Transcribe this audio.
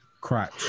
Crotch